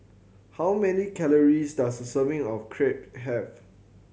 how many calories does a serving of Crepe have